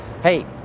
Hey